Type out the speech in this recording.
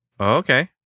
Okay